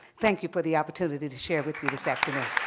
thank you for the opportunity to share with you this afternoon.